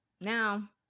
Now